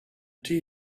tea